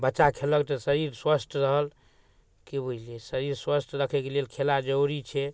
बच्चा खेललक तऽ शरीर स्वस्थ रहल कि बुझलिए शरीर स्वस्थ रखैके लेल खेला जरूरी छै